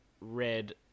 Red